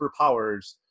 superpowers